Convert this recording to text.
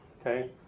Okay